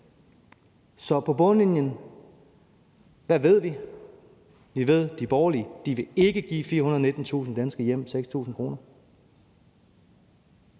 Så på bundlinjen har vi, at de borgerlige ikke vil give 419.000 danske hjem 6.000 kr.